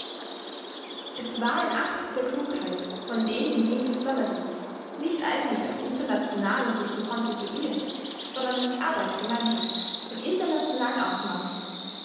es war ein akt der klugheit von den in wien versammelten nicht eigentlich als internationale sich zu konstituieren sondern als arbeitsgemeinschaft von internationalen ausmaßen